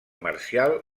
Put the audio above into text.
marcial